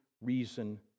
reason